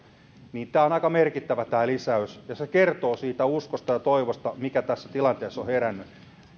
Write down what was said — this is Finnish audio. lisäys on aika merkittävä ja se kertoo siitä uskosta ja toivosta mikä tässä tilanteessa on herännyt